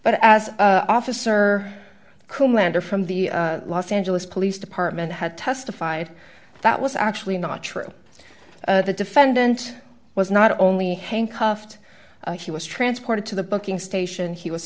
but as officer cullender from the los angeles police department had testified that was actually not true the defendant was not only handcuffed he was transported to the booking station he was